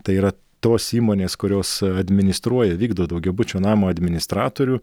tai yra tos įmonės kurios administruoja vykdo daugiabučio namo administratorių